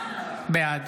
בעד